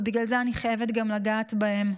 ובגלל זה אני חייבת לגעת גם בהם.